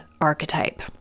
archetype